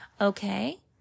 Okay